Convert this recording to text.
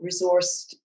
resourced